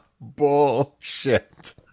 Bullshit